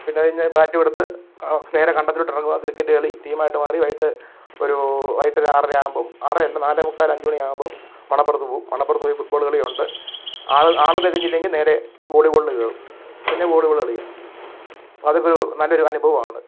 പിന്നെയത് കഴിഞ്ഞ് ബാറ്റും എടുത്ത് നേരെ കണ്ടത്തിലോട്ടിറങ്ങുക ക്രിക്കറ്റ് കളി ടീമായിട്ട് മാറി വൈകീട്ട് ഒരു വൈകീട്ടൊരു ആറരയാകുമ്പം ആറരയല്ല നാലേ മുക്കാൽ അഞ്ചുമണിയാകുമ്പം മണപ്പുറത്ത് പോകും മണപ്പുറത്ത് പോയി ഫുട്ബോള് കളിയുണ്ട് ആൾ ആൾ തികഞ്ഞില്ലെങ്കിൽ നേരെ വോളിബോളിന് കയറും പിന്നെ വോളിബോള് കളിയാണ് അതൊക്കെയൊരു നല്ലൊരു അനുഭവമാണ്